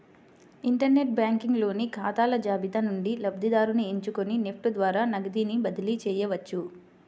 inter net banking లోని ఖాతాల జాబితా నుండి లబ్ధిదారుని ఎంచుకొని నెఫ్ట్ ద్వారా నగదుని బదిలీ చేయవచ్చు